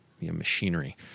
machinery